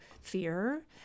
fear